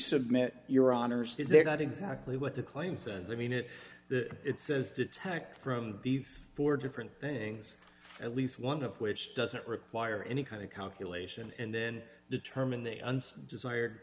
submit your honour's is they're not exactly what the claim says i mean it it says detect from these four different things at least one of which doesn't require any kind of calculation and then determine the un's desired